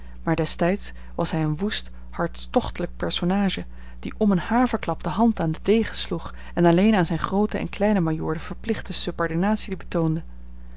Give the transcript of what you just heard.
maar destijds was hij een woest hartstochtelijk personage die om een haverklap de hand aan den degen sloeg en alleen aan zijn grooten en kleinen majoor de verplichte subordinatie betoonde